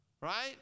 right